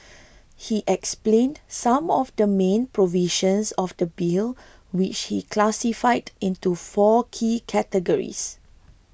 he explained some of the main provisions of the Bill which he classified into four key categories